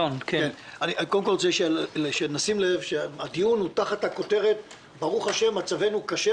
עלינו לשים לב שהדיון הוא תחת הכותרת: ברוך השם מצבנו קשה,